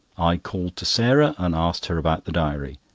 i called to sarah, and asked her about the diary.